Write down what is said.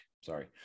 sorry